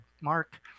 Mark